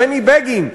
בני בגין,